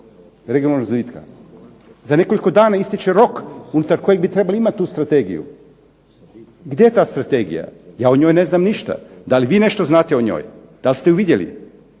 Za nekoliko dana ističe rok unutar kojeg bi trebali imati tu strategiju. Gdje je ta strategija? Ja o njoj ne znam ništa. Da li vi nešto znate o njoj? Da li ste ju vidjeli?